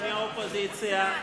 חברי מהאופוזיציה,